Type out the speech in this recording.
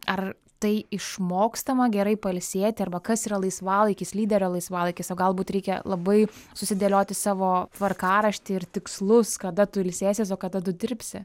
ar tai išmokstama gerai pailsėti arba kas yra laisvalaikis lyderio laisvalaikis o galbūt reikia labai susidėlioti savo tvarkaraštį ir tikslus kada tu ilsėsies o kada tu dirbsi